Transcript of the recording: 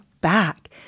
back